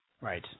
Right